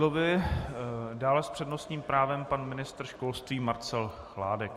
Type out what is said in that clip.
Dále s přednostním právem pan ministr školství Marcel Chládek.